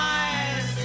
eyes